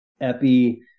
epi